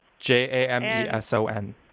J-A-M-E-S-O-N